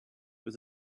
was